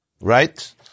Right